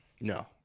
No